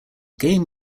game